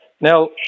Now